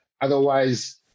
Otherwise